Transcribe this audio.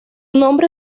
nombre